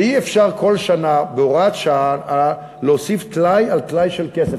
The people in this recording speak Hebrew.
שאי-אפשר כל שנה בהוראת שעה להוסיף טלאי על טלאי של כסף.